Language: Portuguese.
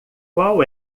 qual